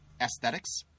aesthetics